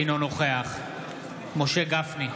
אינו נוכח משה גפני,